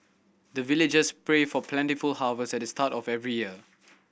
the villagers pray for plentiful harvest at the start of every year